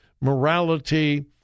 morality